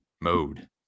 mode